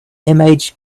image